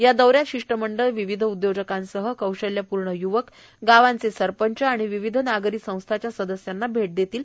या दौऱ्यात शि टमंडळ विविध उद्योजकांसह कौशल्यपूर्ण युवक गावांचे सरपंच आणि विविध नागरी संस्थांच्या सदस्यांना भेट देतील